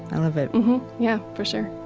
i love it yeah, for sure